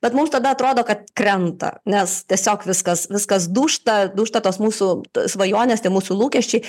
bet mums tada atrodo kad krenta nes tiesiog viskas viskas dūžta dūžta tos mūsų svajonės tie mūsų lūkesčiai